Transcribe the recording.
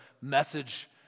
message